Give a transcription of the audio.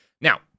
Now